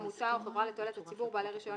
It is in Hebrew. עמותה או חברה לתועלת הציבור בעלי רישיון